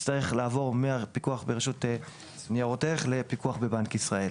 יצטרך לעבור מהפיקוח ברשות ניירות ערך לפיקוח בבנק ישראל.